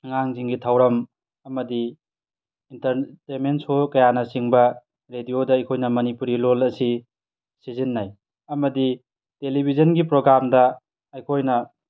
ꯑꯉꯥꯡꯁꯤꯡꯒꯤ ꯊꯧꯔꯝ ꯑꯃꯗꯤ ꯑꯦꯟꯇꯔꯇꯦꯟꯃꯦꯟ ꯁꯣ ꯀꯌꯥꯅꯥ ꯆꯤꯡꯕ ꯔꯦꯗꯤꯌꯣꯗ ꯑꯩꯈꯣꯏꯅ ꯃꯅꯤꯄꯨꯔꯤ ꯂꯣꯜ ꯑꯁꯤ ꯁꯤꯖꯤꯟꯅꯩ ꯑꯃꯗꯤ ꯇꯦꯂꯤꯚꯤꯖꯟꯒꯤ ꯄ꯭ꯔꯣꯒ꯭ꯔꯥꯝꯗ ꯑꯩꯈꯣꯏꯅ